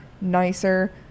nicer